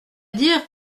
dire